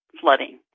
flooding